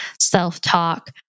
self-talk